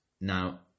Now